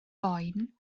boen